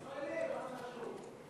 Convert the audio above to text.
ישראלי, מה זה חשוב?